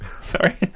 Sorry